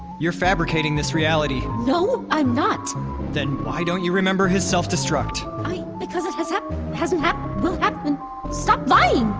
you're fabricating this reality no i'm not then why don't you remember his self-destruct? i because it has hap hasn't hap will happen stop lying!